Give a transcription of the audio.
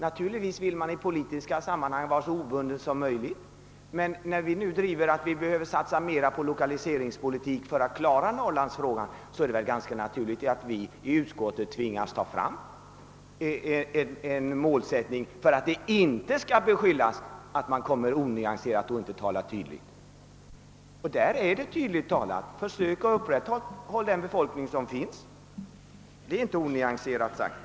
Naturligtvis önskar man i politiska sammanhang vara så obunden som möjligt, men när vi i utskottet driver tanken att mera behöver satsas på lokaliseringspolitiken för att norrlandsfrågan skall klaras är det väl ganska naturligt att vi tvingas sätta upp en målsättning för att inte bli beskyllda för att vara onyanserade och att inte tala tydligt. Vi har gjort ett tydligt uttalande, nämligen att man skall sträva efter att upprätthålla det befolkningstal som finns. Det är inte heller något onyanserat uttalande.